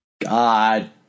God